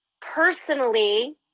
personally